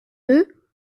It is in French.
deux